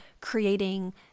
creating